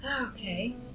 Okay